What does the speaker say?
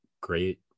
great